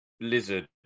Lizard